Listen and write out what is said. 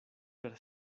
per